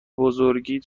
بزرگیت